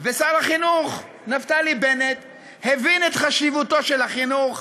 ושר החינוך נפתלי בנט הבין את חשיבותו של החוק,